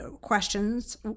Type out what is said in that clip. questions